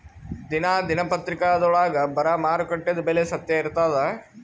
ದಿನಾ ದಿನಪತ್ರಿಕಾದೊಳಾಗ ಬರಾ ಮಾರುಕಟ್ಟೆದು ಬೆಲೆ ಸತ್ಯ ಇರ್ತಾದಾ?